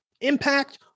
impact